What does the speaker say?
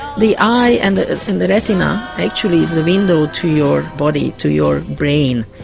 the eye and the and the retina actually is the window to your body, to your brain.